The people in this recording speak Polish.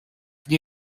nie